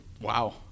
Wow